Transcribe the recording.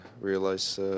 realize